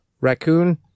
raccoon